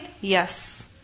Yes